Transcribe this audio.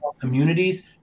communities